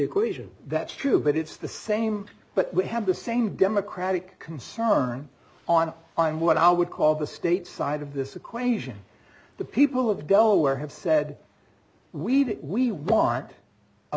equation that's true but it's the same but we have the same democratic concern on i'm what i would call the state side of this equation the people of delaware have said we need it we want a